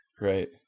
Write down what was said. right